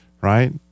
right